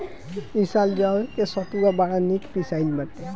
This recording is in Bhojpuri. इ साल जवे के सतुआ बड़ा निक पिसाइल बाटे